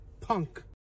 punk